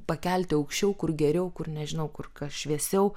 pakelti aukščiau kur geriau kur nežinau kur kas šviesiau